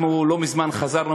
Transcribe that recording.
אנחנו לא מזמן חזרנו